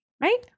Right